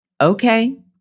Okay